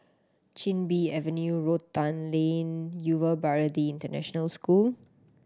Chin Bee Avenue Rotan Lane Yuva Bharati International School